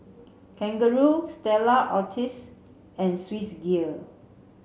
Kangaroo Stella Artois and Swissgear